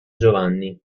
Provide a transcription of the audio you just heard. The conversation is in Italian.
giovanni